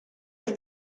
wrth